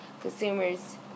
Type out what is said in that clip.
Consumers